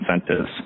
incentives